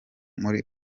muri